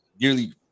nearly